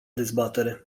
dezbatere